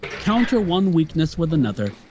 counter one weakness with another,